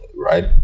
Right